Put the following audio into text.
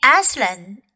Aslan